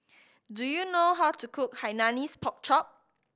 do you know how to cook Hainanese Pork Chop